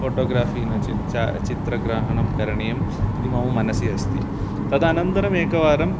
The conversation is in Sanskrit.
फोटोग्राफि चित्रग्रहणं करणीयम् इति मम मनसि अस्ति तदनन्तरम् एकवारम्